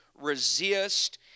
resist